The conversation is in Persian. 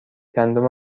گندم